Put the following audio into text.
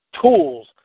tools